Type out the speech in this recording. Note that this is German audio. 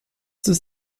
des